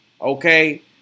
okay